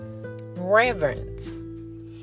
Reverence